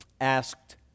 asked